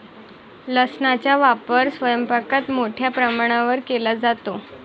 लसणाचा वापर स्वयंपाकात मोठ्या प्रमाणावर केला जातो